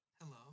Hello